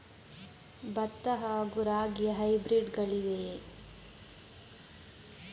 ಭತ್ತ ಹಾಗೂ ರಾಗಿಯ ಹೈಬ್ರಿಡ್ ಗಳಿವೆಯೇ?